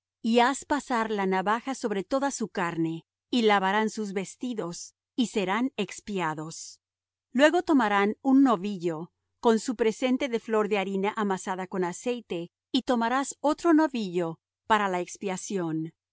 y haz pasar la navaja sobre toda su carne y lavarán sus vestidos y serán expiados luego tomarán un novillo con su presente de flor de harina amasada con aceite y tomarás otro novillo para expiación